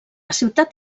ciutat